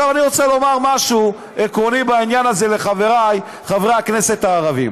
עכשיו אני רוצה לומר משהו עקרוני בעניין הזה לחברי חברי הכנסת הערבים: